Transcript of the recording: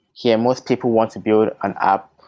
here, most people want to build an app,